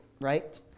right